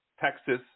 Texas